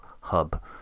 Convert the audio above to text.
hub